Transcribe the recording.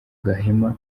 gahima